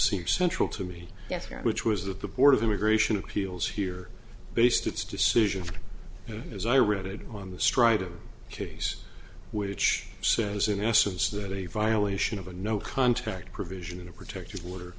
seem central to me yesterday which was that the board of immigration appeals here based its decision as i read it on the strider case which says in essence that a violation of a no contact provision of protected water